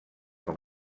com